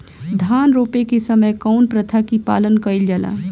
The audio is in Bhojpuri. धान रोपे के समय कउन प्रथा की पालन कइल जाला?